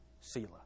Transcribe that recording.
Selah